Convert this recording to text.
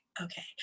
okay